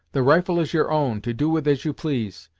the rifle is your own, to do with as you please.